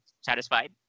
satisfied